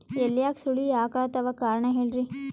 ಎಲ್ಯಾಗ ಸುಳಿ ಯಾಕಾತ್ತಾವ ಕಾರಣ ಹೇಳ್ರಿ?